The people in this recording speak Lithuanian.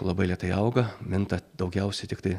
labai lėtai auga minta daugiausia tiktai